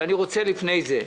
אבל לפני כן,